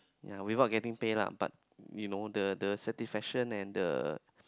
yea we won't getting paid lah but you know the the satisfaction and the